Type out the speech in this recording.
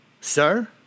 Sir